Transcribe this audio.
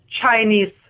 Chinese